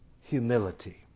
Humility